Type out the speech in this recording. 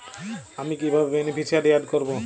আমি কিভাবে beneficiary add করব?